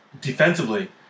defensively